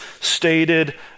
stated